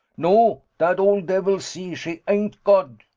no! dat ole davil, sea, she ain't god!